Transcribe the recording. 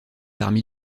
parmi